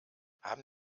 haben